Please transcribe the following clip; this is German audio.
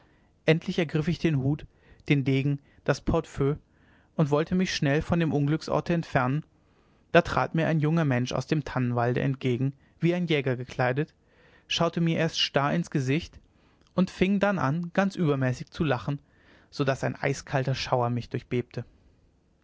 endlich ergriff ich den hut den degen das portefeuille und wollte mich schnell von dem unglücksorte entfernen da trat mir ein junger mensch aus dem tannenwalde entgegen wie ein jäger gekleidet schaute mir erst starr ins gesicht und fing dann an ganz übermäßig zu lachen so daß ein eiskalter schauer mich